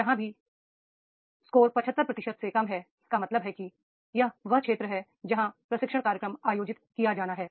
जहां भी स्कोर 75 प्रतिशत से कम है इसका मतलब है कि यह वह क्षेत्र है जहां प्रशिक्षण कार्यक्रम आयोजित किया जाना है